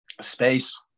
Space